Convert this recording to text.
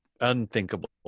unthinkable